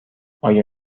آیا